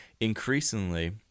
increasingly